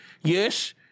Yes